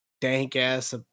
dank-ass